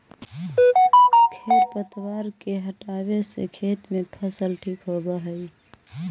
खेर पतवार के हटावे से खेत में फसल ठीक होबऽ हई